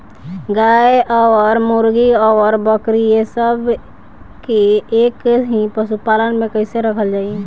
गाय और मुर्गी और बकरी ये सब के एक ही पशुपालन में कइसे रखल जाई?